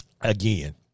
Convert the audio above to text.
again